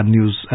News